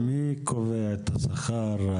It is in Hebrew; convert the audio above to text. מי קובע את השכר?